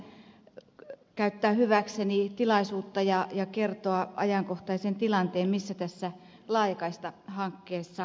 haluaisin tässä käyttää tilaisuuden hyväkseni ja kertoa ajankohtaisesta tilanteesta missä tässä laajakaistahankkeessa mennään